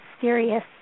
serious